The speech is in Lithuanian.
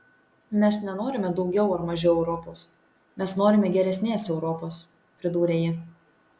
mes nenorime daugiau ar mažiau europos mes norime geresnės europos pridūrė ji